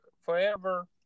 forever